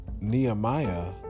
Nehemiah